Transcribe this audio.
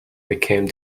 became